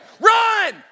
run